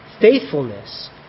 faithfulness